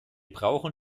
brauchen